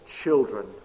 children